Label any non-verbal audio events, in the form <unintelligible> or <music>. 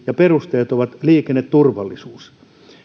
<unintelligible> ja perusteena on liikenneturvallisuus